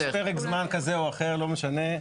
יש פרק זמן כזה או אחר, לא משנה.